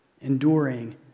enduring